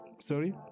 sorry